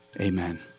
Amen